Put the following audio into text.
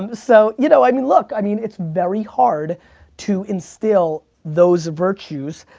um so, you know i mean look i mean it's very hard to instill those virtues,